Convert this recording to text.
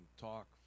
talk